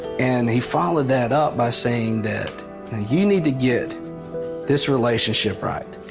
and he followed that up by saying that ah you need to get this relationship right.